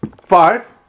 Five